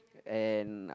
and